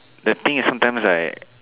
the thing is sometimes right